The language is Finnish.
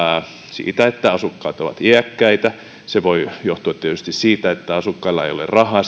siitä että asukkaat ovat iäkkäitä se voi johtua tietysti siitä että asukkailla ei ole rahaa